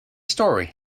story